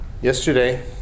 Yesterday